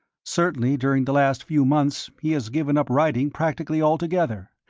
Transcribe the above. certainly during the last few months he has given up riding practically altogether,